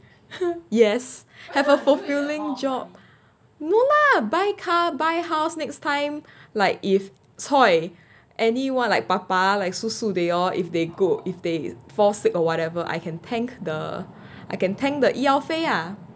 yes have a fulfilling job no lah but car buy house next time like if !choy! anyone like 爸爸 like 叔叔 they all if they go if they fall sick or whatever well I can tank the I can tank the 医药费啊